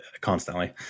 constantly